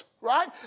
right